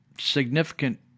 significant